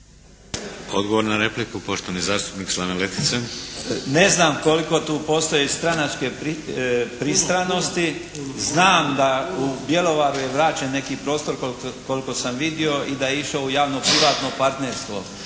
Odgovor na repliku poštovani zastupnik Slaven Letica. **Letica, Slaven (Nezavisni)** Ne znam koliko tu postoji stranačke pristranosti. Znam da u Bjelovaru je vraćen neki prostor koliko sam vidio i da je išao u javno-privatno partnerstvo.